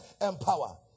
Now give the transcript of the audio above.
empower